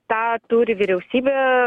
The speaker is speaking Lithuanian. tą turi vyriausybė